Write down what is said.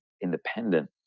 independent